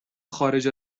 خارج